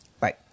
Right